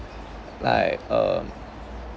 like um